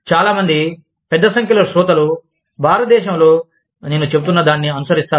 చాలా మంది పెద్ద సంఖ్యలో శ్రోతలు భారతదేశంలో నేను చెబుతున్నదాన్ని అనుసరిస్తారు